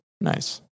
Nice